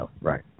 Right